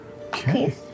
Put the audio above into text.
Okay